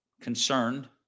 concerned